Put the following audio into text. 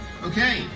Okay